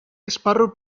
esparru